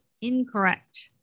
Incorrect